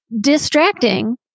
distracting